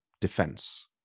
defense